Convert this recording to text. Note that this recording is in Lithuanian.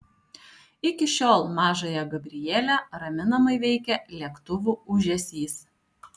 iki šiol mažąją gabrielę raminamai veikia lėktuvų ūžesys